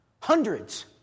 Hundreds